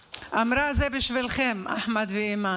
אמרה: זה בשבילכם, אחמד ואימאן.